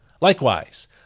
Likewise